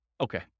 Okay